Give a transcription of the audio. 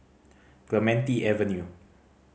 Clementi Avenue